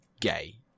gay